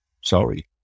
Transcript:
Sorry